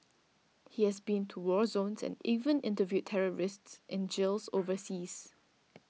he has been to war zones and even interviewed terrorists in jails overseas